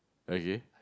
okay